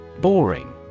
Boring